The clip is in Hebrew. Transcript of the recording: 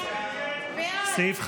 סעיף 5,